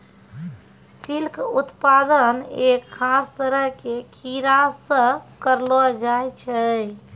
silk उत्पादन एक खास तरह के कीड़ा सॅ करलो जाय छै